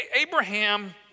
Abraham